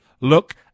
look